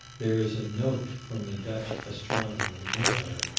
there is a note from the dutch astronomer, muller,